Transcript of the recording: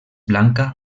blanca